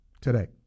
today